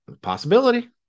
possibility